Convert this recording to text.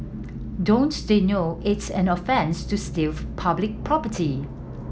don't they know it's an offence to steal public property